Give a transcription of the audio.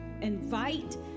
invite